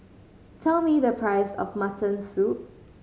tell me the price of mutton soup